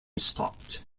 stopped